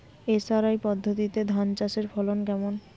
SRI পদ্ধতিতে ধান চাষের ফলন কেমন?